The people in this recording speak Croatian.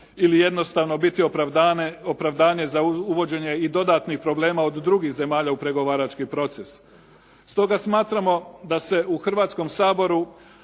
ili jednostavno biti opravdanje za uvođenje i dodatnih problema od drugih zemalja u pregovarački proces. Stoga smatramo da se u Hrvatskom saboru